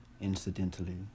incidentally